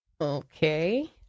Okay